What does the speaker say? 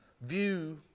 view